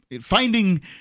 finding